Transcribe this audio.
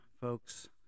folks